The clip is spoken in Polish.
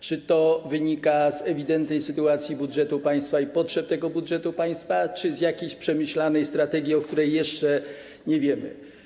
Czy to wynika z ewidentnej sytuacji budżetu państwa i potrzeb tego budżetu państwa, czy z jakiejś przemyślanej strategii, o której jeszcze nie wiemy?